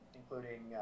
including